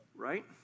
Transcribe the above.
right